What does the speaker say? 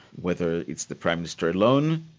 whether it's the prime minister alone,